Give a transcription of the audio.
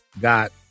got